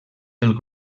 del